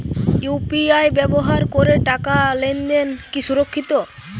UPI ব্যবহার করে টাকা লেনদেন কি সুরক্ষিত?